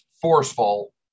forceful